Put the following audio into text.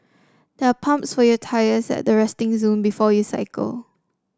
there are pumps for your tyres at the resting zone before you cycle